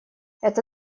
это